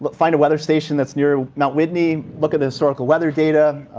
but find a weather station that's near mt. whitney. look at the historical weather data.